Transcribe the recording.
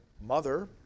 mother